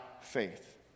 faith